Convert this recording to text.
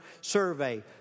survey